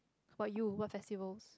about you what festivals